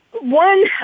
One